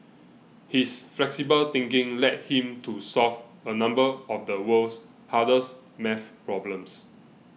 his flexible thinking led him to solve a number of the world's hardest maths problems